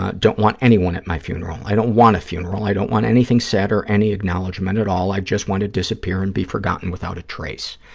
ah don't want anyone at my funeral. i don't want a funeral. i don't want anything said or any acknowledgement at all. i just want to disappear and be forgotten without a trace.